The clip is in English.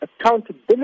accountability